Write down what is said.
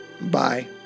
Bye